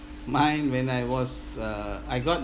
mine when I was uh I got